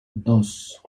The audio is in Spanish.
dos